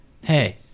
Hey